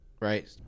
right